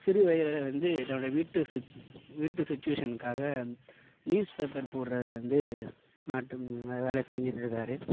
சிறு வயது வந்து தன்னோட வீட்டு வீட்டு சுச்சுவேஷனுக்காக நியூஸ் பேப்பர் போடுறதுல வந்து நாட்டம் வேலை செஞ்சிகிட்ருக்காரு